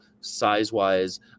size-wise